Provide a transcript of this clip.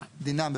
דינם,